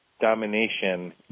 domination